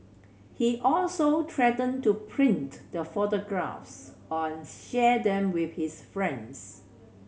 he also threatened to print the photographs and share them with his friends